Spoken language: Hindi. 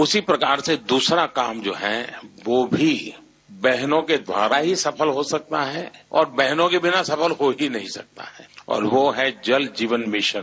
उसी प्रकार से दूसरा काम जो है वह भी बहनों के द्वारा ही सफल हो सकता है और बहनों के बिना सफल हो ही नहीं सकता और वह जल जीवन मिशन